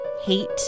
hate